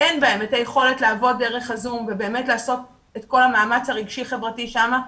את היכולת לעבוד דרך הזום ובאמת לעשות את כל המאמץ הרגשי חברתי שם,